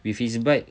with his back